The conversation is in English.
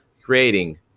Creating